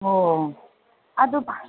ꯑꯣ ꯑꯗꯨ